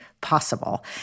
possible